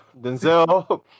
Denzel